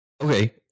Okay